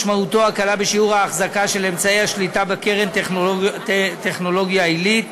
משמעותו הקלה בשיעור ההחזקה של אמצעי השליטה בקרן טכנולוגיה עילית,